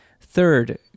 Third